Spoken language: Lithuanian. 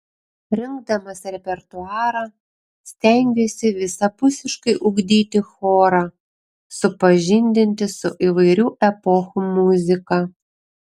rinkdamas repertuarą stengiuosi visapusiškai ugdyti chorą supažindinti su įvairių epochų muzika